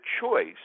choice